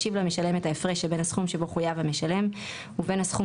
ישיב למשלם את ההפרש שבין הסכום שבו חויב המשלם ובין הסכום